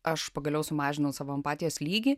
aš pagaliau sumažinau savo empatijos lygį